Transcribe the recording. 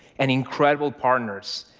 and incredible partners,